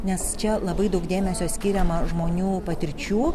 nes čia labai daug dėmesio skiriama žmonių patirčių